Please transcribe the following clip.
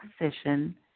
position